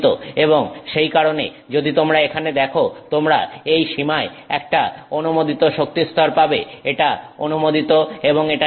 এবং সেই কারণে যদি তোমরা এখানে দেখো তোমরা এই সীমায় একটা অনুমোদিত শক্তিস্তর পাবে এটা অনুমোদিত এবং এটা নিষিদ্ধ